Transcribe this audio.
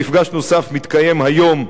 מפגש נוסף מתקיים היום ברבת-עמון,